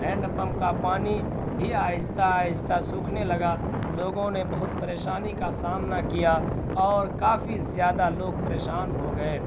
hand pump کا پانی بھی آہستہ آہستہ سوکھنے لگا لوگوں نے بہت پریشانی کا سامنا کیا اور کافی زیادہ لوگ پریشان ہو گئے